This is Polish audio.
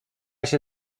się